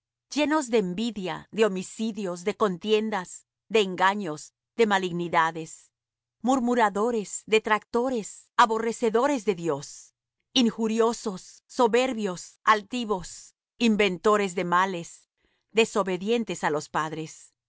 llenos de envidia de homicidios de contiendas de engaños de malignidades murmuradores detractores aborrecedores de dios injuriosos soberbios altivos inventores de males desobedientes á los padres